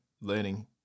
learning